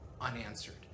unanswered